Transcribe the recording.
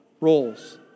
roles